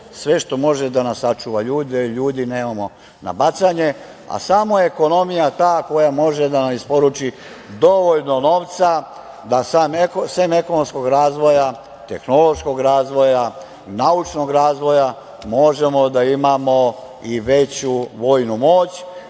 sve što može da nam sačuva ljude. Ljudi nemamo za bacanje, a samo je ekonomija ta koja može da nam isporuči dovoljno novca da sem ekonomskog razvoja, tehnološkog razvoja, naučnog razvoja možemo da imamo i veću vojnu moć,